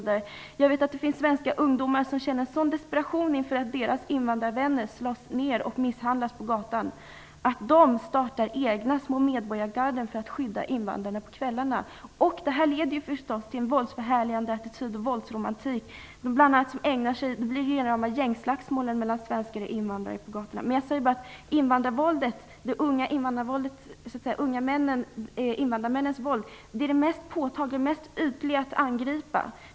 Det finns svenska ungdomar som känner sådan desperation över att deras invandrarvänner slåss ned och misshandlas på gatan att de startar egna små medborgargarden för att skydda invandrarna på kvällarna. Detta leder naturligtvis till en våldsförhärligande attityd och till en våldsromantik. Det uppstår rena rama gängslagsmål mellan svenskar och invandrare på gatorna. Invandrarmännens våld är det mest påtagliga våldet och det mest ytliga att angripa.